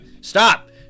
Stop